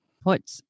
put